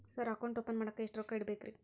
Sir account open ಮಾಡಾಕ ಎಷ್ಟು ರೊಕ್ಕ ಇಡಬೇಕ್ರಿ?